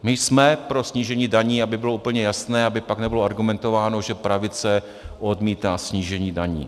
My jsme pro snížení daní, aby bylo úplně jasné, aby pak nebylo argumentováno, že pravice odmítá snížení daní.